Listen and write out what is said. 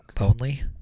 lonely